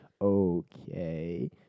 okay